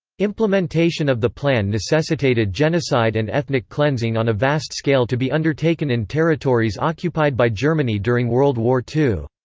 implementation of the plan necessitated genocide and ethnic cleansing on a vast scale to be undertaken in territories occupied by germany during world war ii.